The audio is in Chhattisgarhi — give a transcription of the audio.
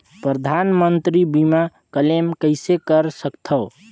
परधानमंतरी मंतरी बीमा क्लेम कइसे कर सकथव?